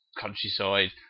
countryside